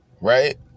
right